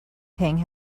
king